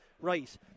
right